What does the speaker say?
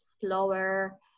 slower